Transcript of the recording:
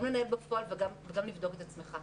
גם לנהל בפועל וגם לבדוק את עצמך.